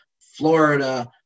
Florida